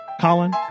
Colin